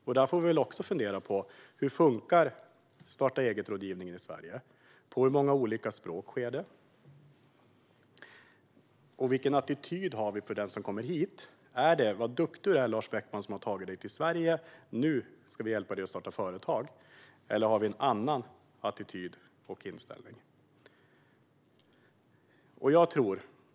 Då kan man fundera på hur starta-eget-rådgivningen funkar i Sverige. På hur många olika språk sker det? Vilken attityd har man till den som kommer hit. Är det: Vad duktig du är, Lars Beckman, som har tagit dig till Sverige, nu ska vi hjälpa dig att starta företag? Eller har man en annan attityd och inställning?